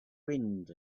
wind